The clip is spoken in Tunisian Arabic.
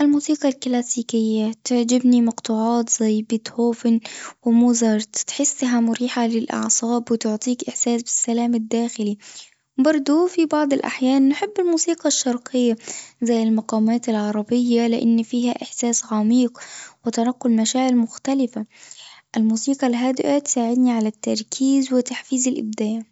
الموسيقى الكلاسيكية، تعجبني مقطوعات زي بيتهوفن وموزار بتحسها مريحة للأعصاب وتعطيك إحساس بالسلام الداخلي، برضه في بعض الأحيان نحب الموسيقى الشرقية زي المقامات لان فيها إحساس عميق وتنقل مشاعر مختلفة، الموسيقى الهادئة تساعدني على التركيز وتحفيز الابداع.